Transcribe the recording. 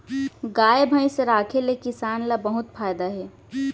गाय भईंस राखे ले किसान ल बहुत फायदा हे